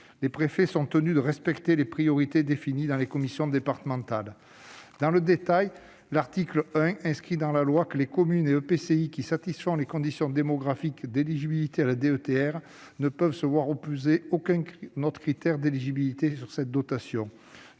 aux préfets, qui sont tenus de respecter les priorités définies dans les commissions départementales. Dans le détail, l'article 1 du texte inscrit dans la loi que les communes et EPCI qui satisfont les conditions démographiques d'éligibilité à la DETR « ne peuvent se voir opposer aucun autre critère d'éligibilité à cette dotation.